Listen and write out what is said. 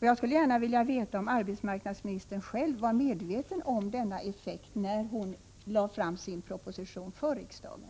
Jag skulle vilja veta om arbetsmarknadsministern själv var medveten om denna effekt när hon lade fram sin proposition för riksdagen.